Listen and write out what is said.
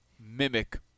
mimic